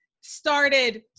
started